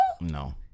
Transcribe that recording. No